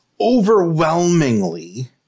overwhelmingly